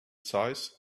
size